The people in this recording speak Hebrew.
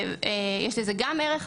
יש לזה גם ערך,